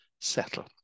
settle